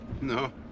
No